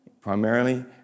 primarily